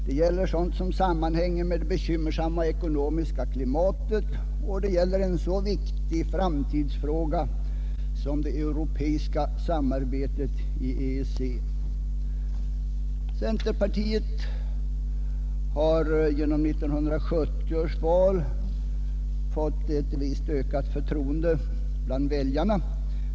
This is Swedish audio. Det gäller sådant som sammanhänger med det bekymmersamma ekonomiska klimatet, och det gäller även en så viktig framtidsfråga som det europeiska samarbetet i EEC. Centerpartiet har vid 1970 års val fått ett visst ökat förtroende bland väljarna.